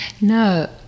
No